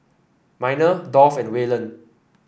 Miner Dolph and Wayland